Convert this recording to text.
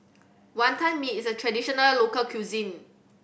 Wonton Mee is a traditional local cuisine